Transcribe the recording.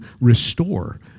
restore